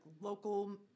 local